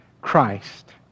Christ